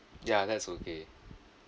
ya that's okay